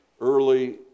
early